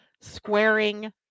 squaring